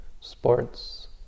sports